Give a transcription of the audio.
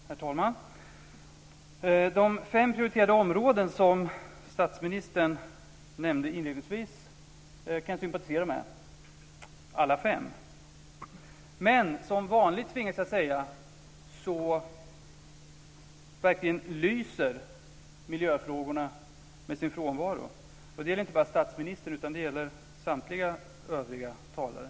Herr talman! De fem prioriterade områden som statsministern nämnde inledningsvis kan jag sympatisera med alla fem. Men som vanligt, tvingas jag säga, verkligen lyser miljöfrågorna med sin frånvaro. Det gäller inte bara statsministern utan samtliga övriga talare.